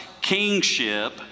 kingship